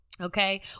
Okay